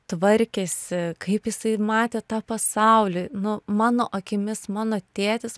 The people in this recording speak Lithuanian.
tvarkėsi kaip jisai matė tą pasaulį nu mano akimis mano tėtis